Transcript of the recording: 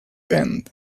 end